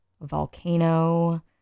Volcano